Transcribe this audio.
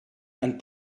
and